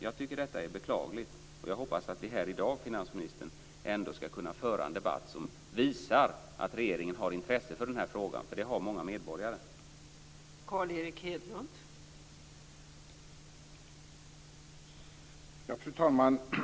Jag tycker att detta är beklagligt. Jag hoppas att vi här i dag, finansministern, ska kunna föra en debatt som visar att regeringen har intresse för den här frågan, vilket många medborgare har.